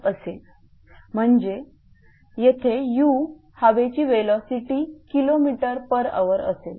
येथे u म्हणजे हवेची वेलोसिटी Kmhr असेल